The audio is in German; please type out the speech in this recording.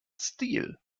stil